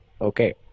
Okay